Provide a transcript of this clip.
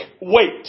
wait